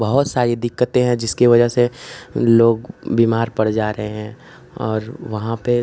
बहुत सारी दिक्कतें हैं जिसकी वज़ह से लोग बीमार पड़ जा रहे हैं और वहाँ पर